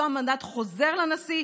אותו מנדט חוזר לנשיא,